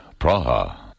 Praha